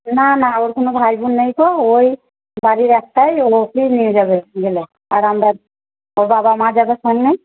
না না ওর কোনো ভাই বোন নেই তো ওই বাড়ির একটাই আর ওকেই নিয়ে যাবে গেলে আর আমরা ওর বাবা মা যাবে সঙ্গে